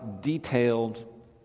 detailed